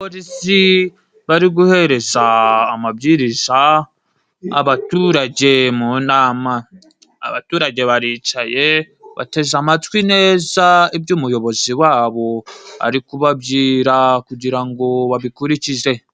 Abaporisi bari guhereza amabwiriza abaturage mu nama. Abaturage baricaye， bateze amatwi neza ibyo umuyobozi wabo ari kubabwira，kugira ngo babikurikize.